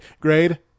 Grade